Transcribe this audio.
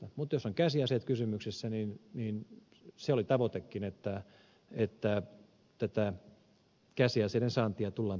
mutta jos on käsiaseet kysymyksessä niin se oli tavoitekin että tätä käsiaseiden saantia tullaan tiukentamaan